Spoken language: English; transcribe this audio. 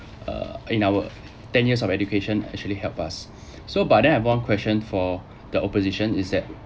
uh in our ten years of education actually help us so but then I have one question for the opposition is that